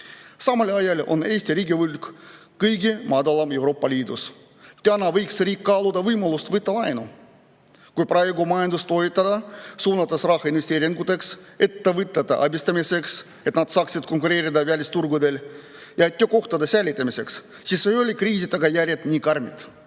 Samal ajal on Eesti riigivõlg kõige madalam Euroopa Liidus. Täna võiks riik kaaluda võimalust võtta laenu. Kui praegu majandust toetada, suunates raha investeeringuteks, ettevõtjate abistamiseks, et nad saaksid konkureerida välisturgudel, ja töökohtade säilitamiseks, siis ei ole kriisi tagajärjed nii karmid.